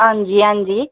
हां जी हां जी